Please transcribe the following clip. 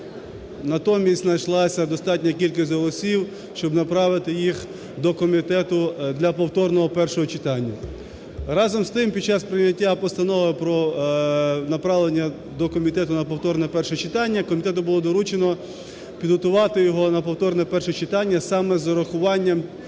натомість, знайшлася достатня кількість голосів, щоб направити його до комітету для повторного першого читання. Разом з тим, під час прийняття постанови про направлення до комітету на повторне перше читання, комітету було доручено підготувати його на повторне перше читання саме з врахуванням